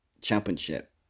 Championship